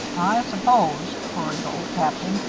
i s'pose, queried old captain,